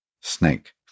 snake